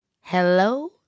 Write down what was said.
Hello